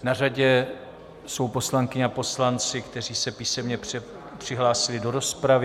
Na řadě jsou poslankyně a poslanci, kteří se písemně přihlásili do rozpravy.